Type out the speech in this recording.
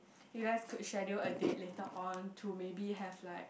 you guys could schedule a date later on to maybe have like